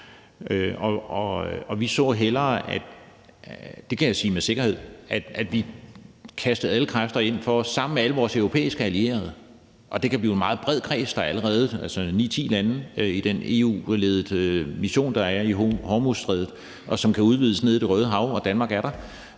med sikkerhed, at vi satte alle kræfter ind på sammen med alle vores europæiske allierede at udvide den i forvejen meget brede kreds – der er allerede nu 9, 10 lande i den EU-ledede mission, der er i Hormuzstrædet, og den kan udvides ned i Det Røde Hav, og Danmark er der